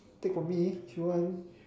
take from me if you want